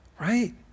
Right